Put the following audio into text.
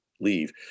leave